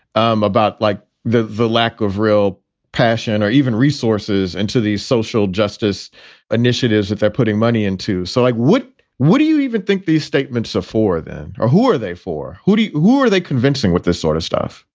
um about like the the lack of real passion or even resources into these social justice initiatives that they're putting money into. so i would. what do you even think these statements are for them or who are they for? who you. who are they convincing with this sort of stuff?